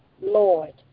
Lord